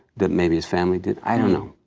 that maybe his family didn't, i don't know,